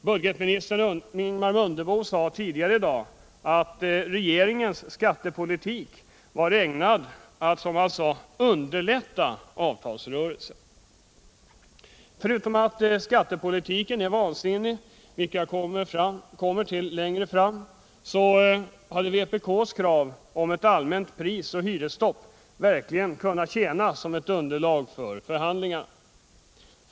Budgetminister Ingemar Mundebo sade tidigare i dag att regeringens skattepolitik var ägnad att, som han uttryckte det, underlätta avtalsrörelsen. Men denna skattepolitik är vansinnig, vilket jag kommer till längre fram, och vpk:s krav om allmänt prisoch hyresstopp hade i stället verkligen kunnat tjäna som underlag för förhandlingarna.